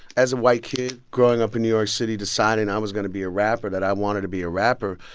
as a white kid growing up in new york city deciding i was going to be a rapper, that i wanted to be a rapper,